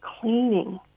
cleaning